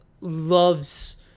loves